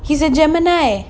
he's a gemini